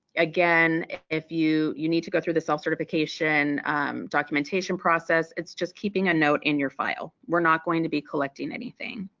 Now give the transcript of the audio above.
again if you you need to go through the self certification documentation process, it's just keeping a note in your file. we're not going to be collecting anything.